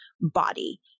body